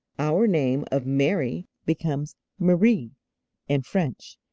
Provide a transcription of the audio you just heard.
our name of mary becomes marie in french,